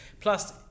plus